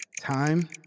Time